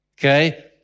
okay